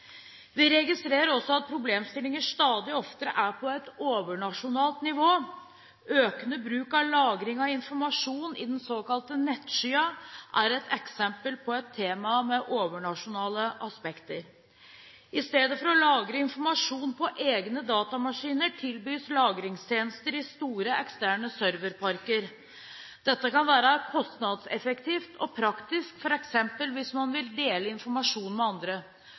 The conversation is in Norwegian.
Vi registrerer at problemstillinger stadig oftere er på et overnasjonalt nivå. Økende bruk av lagring av informasjon i den såkalte nettskyen er eksempel på et tema med overnasjonale aspekter. I stedet for å lagre informasjon på egen datamaskin tilbys lagringstjenester i store eksterne serverparker. Dette kan være kostnadseffektivt og praktisk, f.eks. hvis man vil dele informasjon med andre.